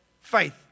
faith